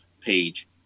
page